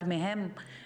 כמה זמן זה ייקח?